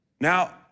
Now